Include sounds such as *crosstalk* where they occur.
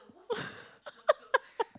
*laughs*